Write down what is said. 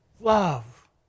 love